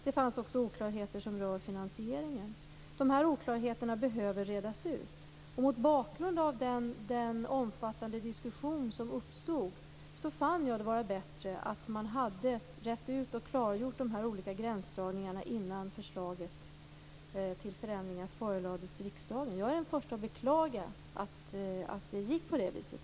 Det fanns också oklarheter som rörde finansieringen. De här oklarheterna behöver redas ut. Mot bakgrund av den omfattande diskussion som uppstod fann jag det vara bättre att man hade rett ut och klargjort de här olika gränsdragningarna innan förslaget till förändringar förelades riksdagen. Jag är den första att beklaga att det gick på det viset.